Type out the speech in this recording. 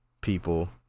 people